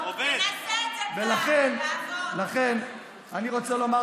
הוא עובד, יאיר עובד.